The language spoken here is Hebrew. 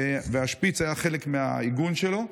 ושהשפיץ היה חלק מהעיגון שלו.